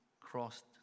crossed